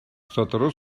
сотору